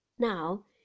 Now